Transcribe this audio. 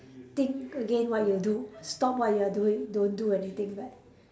think again what you do stop what you are doing don't do anything bad